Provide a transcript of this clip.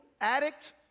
addict